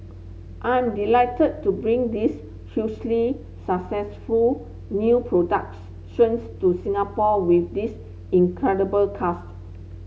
I am delighted to bring this hugely successful new productions to Singapore with this incredible cast